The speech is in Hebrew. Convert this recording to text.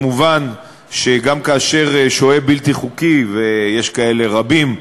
מובן שגם כאשר שוהה בלתי חוקי, ויש כאלה רבים,